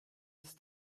ist